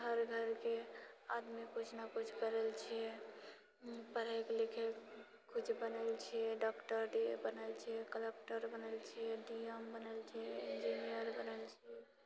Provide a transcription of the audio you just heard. हर घरके आदमी किछु ने किछु कऽ रहल छिऐ पढ़ै कऽ लिखै किछु बनल छिऐ डॉक्टर डी ए बनल छिऐ कलक्टर बनल छिऐ डी एम बनल छिऐ इन्जीनियर बनल छिऐ